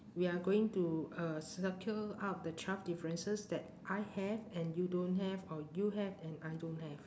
we are going to uh circle out the twelve differences that I have and you don't have or you have and I don't have